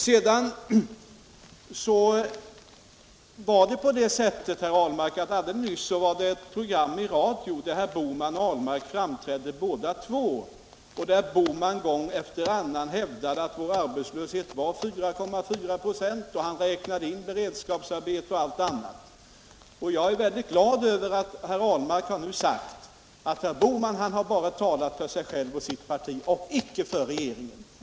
Helt nyligen var det, herr Ahlmark, ett program i radio där herr Bohman och herr Ahlmark framträdde. Herr Bohman hävdade där gång efter annan att vår arbetslöshet var 4,4 26, och han räknade då in beredskapsarbeten och utbildning. Jag är glad över att herr Ahlmark nu har sagt att herr Bohman bara talade för sig själv och sitt parti och inte för regeringen.